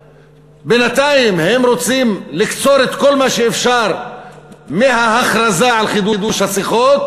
בינתיים הם רוצים לקצור את כל מה שאפשר מההכרזה על חידוש השיחות.